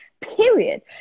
period